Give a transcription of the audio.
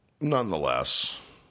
nonetheless